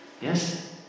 Yes